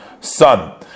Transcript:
son